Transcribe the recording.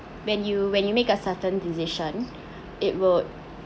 when you when you make a certain decision it would